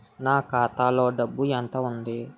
నా ఖాతాలో డబ్బు ఎంత ఉంది?